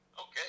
Okay